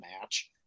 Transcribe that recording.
match